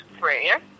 prayer